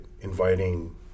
inviting